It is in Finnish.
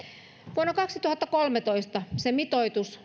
vuonna kaksituhattakolmetoista se mitoitus